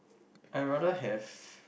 I rather have